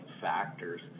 factors